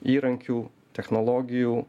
įrankių technologijų